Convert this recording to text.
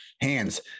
Hands